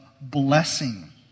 blessing